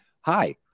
Hi